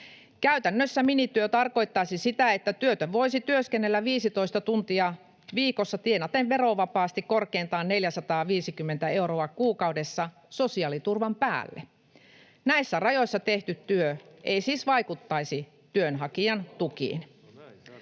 Käytännössä minityö tarkoittaisi sitä, että työtön voisi työskennellä 15 tuntia viikossa tienaten verovapaasti korkeintaan 450 euroa kuukaudessa sosiaaliturvan päälle. Näissä rajoissa tehty työ ei siis vaikuttaisi työnhakijan tukiin.